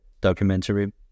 documentary